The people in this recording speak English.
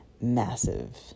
massive